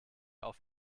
auf